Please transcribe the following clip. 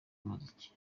umuziki